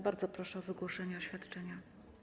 Bardzo proszę o wygłoszenie oświadczenia.